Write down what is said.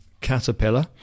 caterpillar